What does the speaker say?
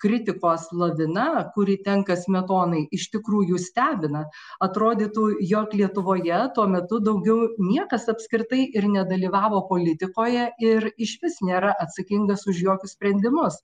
kritikos lavina kuri tenka smetonai iš tikrųjų stebina atrodytų jog lietuvoje tuo metu daugiau niekas apskritai ir nedalyvavo politikoje ir išvis nėra atsakingas už jokius sprendimus